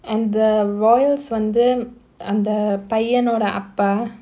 and the royals வந்து அந்த பையனோட அப்பா:vandhu andha paiyanoda appaa